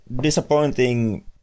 disappointing